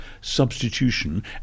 substitution